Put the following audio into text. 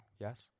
Yes